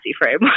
frame